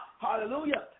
hallelujah